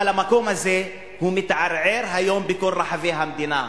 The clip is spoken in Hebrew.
אבל המקום הזה מתערער היום בכל רחבי המדינה.